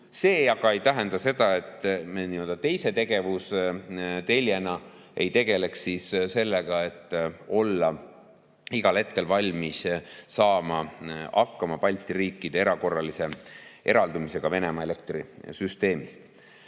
See aga ei tähenda seda, et me nii‑öelda teise tegevusteljena ei tegeleks sellega, et olla igal hetkel valmis tulema toime Balti riikide erakorralise eraldamisega Venemaa elektrisüsteemist.